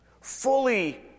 fully